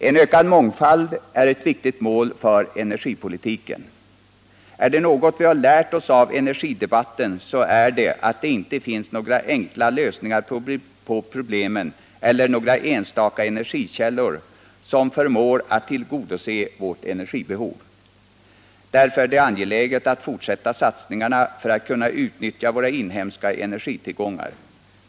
En ökad mångfald är ett viktigt mål för energipolitiken. Vi har av energidebatten lärt oss att det inte finns några enkla lösningar på problemen eller några enstaka energikällor som förmår tillgodose vårt energibehov. Därför är det angeläget att fortsätta satsningarna för att kunna utnyttja våra inhemska energitillgångar.